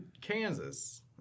Kansas